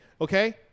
okay